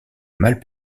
mal